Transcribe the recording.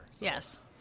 Yes